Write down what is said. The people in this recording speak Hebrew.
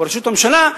בראשות הממשלה,